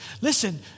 listen